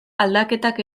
aldaketak